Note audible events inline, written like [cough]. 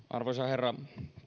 [unintelligible] arvoisa herra